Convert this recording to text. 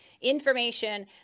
information